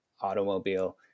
automobile